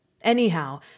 Anyhow